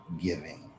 giving